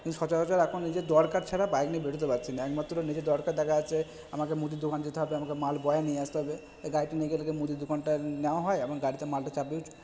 সচরাচর এখন যে দরকার ছাড়া বাইক নিয়ে বেরতে পারচ্ছিনা একমাত্র নিজের দরকার দ্বারা আছে আমাকে মুড়ির দোকান যেতে হবে আমাকে মাল বোয়ে নিয়ে আসতে হবে এই গাড়িটা নিয়ে গেলে মুড়ির দোকানটা নেওয়া হয় এবং গাড়িতে মালটা চাপিয়ে